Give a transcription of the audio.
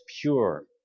pure